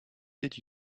did